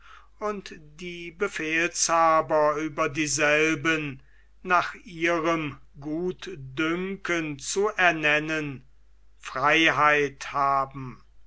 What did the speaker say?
und die befehlshaber über dieselben nach ihrem gutdünken zu ernennen freiheit haben